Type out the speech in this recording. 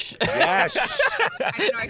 Yes